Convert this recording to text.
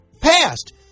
passed